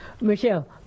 Michelle